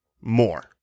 more